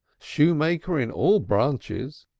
shoemaker in all branches,